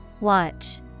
Watch